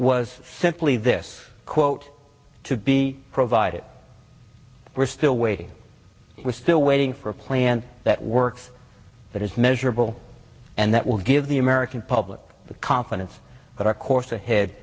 was simply this quote to be provided we're still waiting we're still waiting for a plan that works that is measurable and that will give the american public the confidence that our course ahead